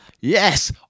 Yes